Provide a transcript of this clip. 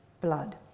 blood